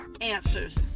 answers